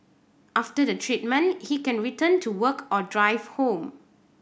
after the treatment he can return to work or drive home